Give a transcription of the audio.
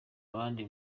abandi